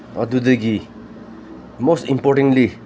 ꯑꯗꯨꯗꯒꯤ most importantly